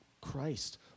Christ